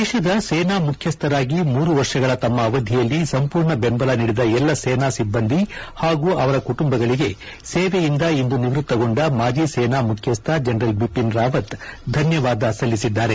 ದೇಶದ ಸೇನಾ ಮುಖ್ಯಸ್ವರಾಗಿ ಮೂರು ವರ್ಷಗಳ ತಮ್ಮ ಅವಧಿಯಲ್ಲಿ ಸಂರ್ಮೂರ್ಣ ಬೆಂಬಲ ನೀಡಿದ ಎಲ್ಲ ಸೇನಾ ಸಿಬ್ಬಂದಿ ಹಾಗೂ ಅವರ ಕುಟುಂಬಗಳಿಗೆ ಸೇವೆಯಿಂದ ಇಂದು ನಿವ್ವತ್ತಗೊಂಡ ಮಾಜಿ ಸೇನಾ ಮುಖ್ಯಸ್ವ ಜನರಲ್ ಬಿಪಿನ್ ರಾವತ್ ಧನ್ಯವಾದ ಸಲ್ಲಿಸಿದ್ದಾರೆ